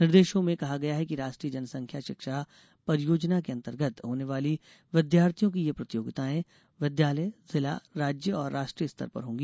निर्देशों में कहा गया है कि राष्ट्रीय जनसंख्या शिक्षा परियोजना के अंतर्गत होने वाली विद्यार्थियों की यह प्रतियोगिताएं विद्यालय जिला राज्य और राष्ट्रीय स्तर पर होंगी